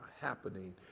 happening